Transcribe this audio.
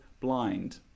blind